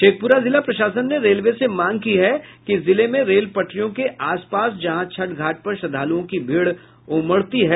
शेखपुरा जिला प्रशासन ने रेलवे से मांग की है कि जिले में रेल पटरियों के आस पास जहां छठ घाट पर श्रद्धालुओं की भीड़ उमड़ती है